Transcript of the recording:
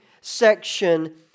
section